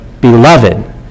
Beloved